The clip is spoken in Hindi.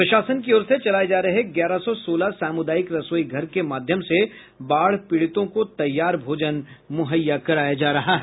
प्रशासन की ओर से चलाये जा रहे ग्यारह सौ सोलह सामुदायिक रसोई घर के माध्यम से बाढ़ पीड़ितों को तैयार भोजन मूहैया कराया जा रहा है